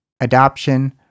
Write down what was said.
adoption